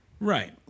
right